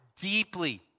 deeply